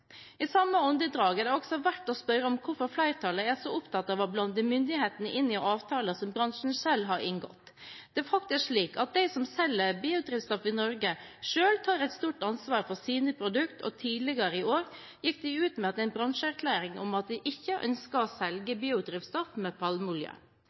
I samme åndedrag er det også verdt å spørre om hvorfor flertallet er så opptatt av å blande myndighetene inn i avtaler som bransjen selv har inngått. Det er faktisk slik at de som selger biodrivstoff i Norge, selv tar et stort ansvar for sine produkter, og tidligere i år gikk de ut med en bransjeerklæring om at de ikke